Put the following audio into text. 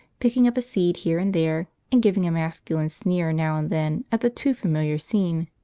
picking up a seed here and there, and giving a masculine sneer now and then at the too-familiar scene.